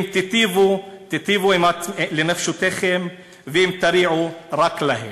אם תיטיבו, תיטיבו לנפשותיכם, ואם תרעו, רק להן.